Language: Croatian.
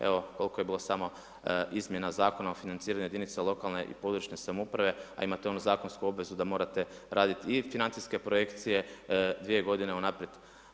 Evo, koliko je bilo samo izmjena Zakona o financiranju jedinica lokalne i područne samouprave, a imate onu zakonsku obvezu da morate raditi i financijske projekcije dvije godine unaprijed.